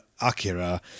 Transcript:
Akira